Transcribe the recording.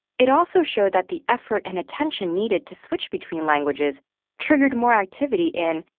it also showed that the effort and attention needed to switch between languages triggered more activity in,